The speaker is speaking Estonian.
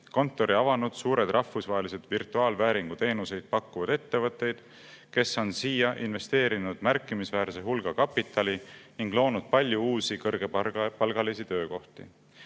kontori avanud suured rahvusvahelised virtuaalvääringu teenuseid pakkuvad ettevõtted, kes on siia investeerinud märkimisväärse hulga kapitali ning loonud palju uusi kõrgepalgalisi töökohti.